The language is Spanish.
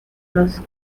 los